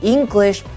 English